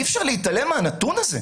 אי אפשר להתעלם מהנתון הזה.